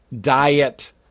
diet